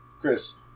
chris